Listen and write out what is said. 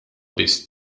biss